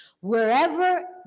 wherever